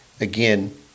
again—